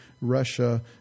Russia